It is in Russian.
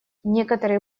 некоторые